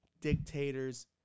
dictators